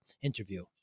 interview